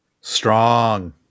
strong